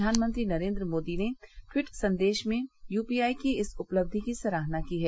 प्रधानमंत्री नरेन्द्र मोदी ने ट्वीट संदेश में यूपीआई की इस उपलब्धि की सराहना की है